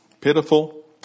pitiful